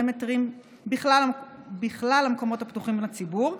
מטרים בכלל המקומות הפתוחים לציבור,